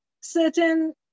certain